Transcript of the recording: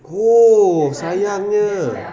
oo sayangnya